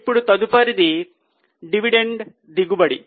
ఇప్పుడు తదుపరిది డివిడెండ్ దిగుబడి